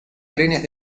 trenes